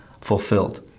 fulfilled